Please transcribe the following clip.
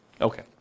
Okay